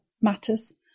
matters